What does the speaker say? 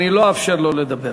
אני לא אאפשר לו לדבר.